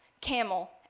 camel